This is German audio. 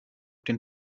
den